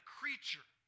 creature